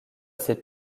ses